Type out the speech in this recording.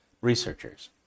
researchers